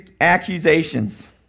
accusations